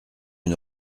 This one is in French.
une